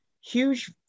huge